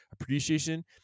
Appreciation